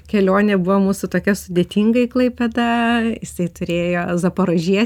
kelionė buvo mūsų tokia sudėtinga į klaipėdą jisai turėjo zaporožietį